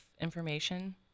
information